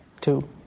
two